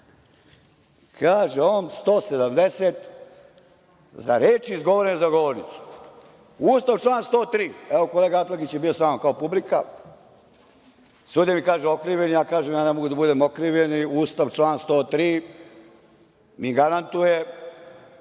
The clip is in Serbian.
kaže on 170, za reči izgovorene za govornicom. Ustav, član 103, kolega Atlagić je bio sa mnom, kao publika, sudija mi kaže okrivljeni, ja kažem ne mogu da budem okrivljeni, Ustav, član 103 mi garantuje